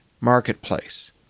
marketplace